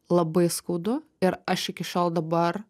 labai skaudu ir aš iki šiol dabar